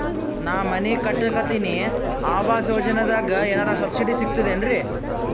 ನಾ ಮನಿ ಕಟಕತಿನಿ ಆವಾಸ್ ಯೋಜನದಾಗ ಏನರ ಸಬ್ಸಿಡಿ ಸಿಗ್ತದೇನ್ರಿ?